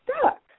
stuck